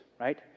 right